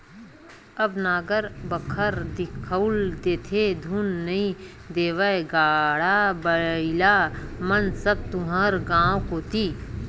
अब नांगर बखर दिखउल देथे धुन नइ देवय गाड़ा बइला मन सब तुँहर गाँव कोती